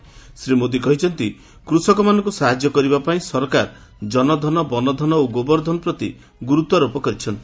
ଶ୍ରୀ ମୋଦି କହିଛନ୍ତି କୃଷକମାନଙ୍କୁ ସାହାଯ୍ୟ କରିବା ପାଇଁ ସରକାର ଜନଧନ ବନଧନ ଓ ଗୋବର ଧନ ପ୍ରତି ଗୁରୁତ୍ୱାରୋପ କରିଛନ୍ତି